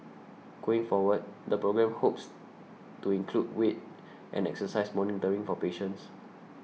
going forward the programme hopes to include weight and exercise monitoring for patients